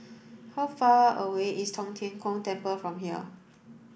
how far away is Tong Tien Kung Temple from here